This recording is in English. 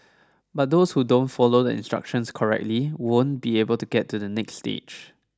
but those who don't follow the instructions correctly won't be able to get to the next stage